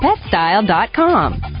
PetStyle.com